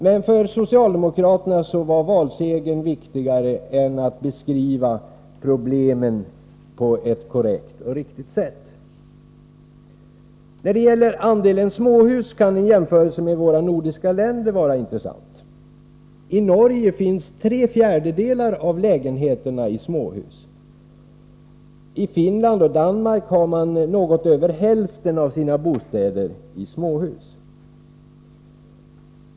Men för socialdemokraterna var valsegern viktigare än att beskriva problemen på ett korrekt och riktigt sätt. När det gäller andelen småhus kan en jämförelse med våra nordiska länder vara intressant. I Norge finns tre fjärdedelar av lägenheterna i småhus. I Finland och Danmark har man något över hälften av sina bostäder i småhus.